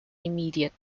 immediate